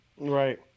Right